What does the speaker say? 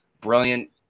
brilliant